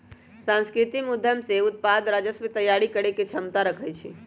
सांस्कृतिक उद्यम के उत्पाद राजस्व तइयारी करेके क्षमता रखइ छै